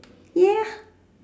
ya